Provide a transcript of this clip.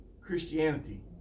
Christianity